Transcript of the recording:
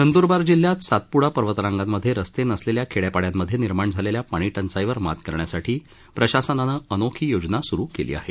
नंद्रबार जिल्ह्यात सातप्डा पर्वतरांगामध्ये रस्ते नसलेल्या खेड्यापाड्यांमध्ये निर्माण झालेल्या पाणी टंचाईवर मात करण्यासाठी प्रशासनानं अनोखी योजना सुरु केली आहे